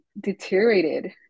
deteriorated